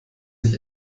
sich